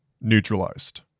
Neutralized